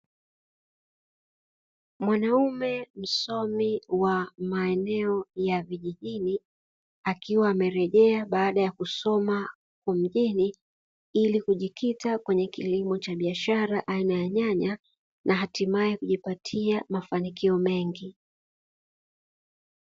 Mwanaume msomi wa maeneo ya vijijini, akiwa amerejea baada ya kusoma huko mjini ili kujikuta kwenye kilimo cha biashara aina ya nyanya na hatimae kujipatia mafanikio mengi.